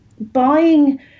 buying